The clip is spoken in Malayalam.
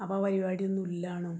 അപ്പോൾ ആ പരിപാടി ഒന്നും ഇല്ലതാനും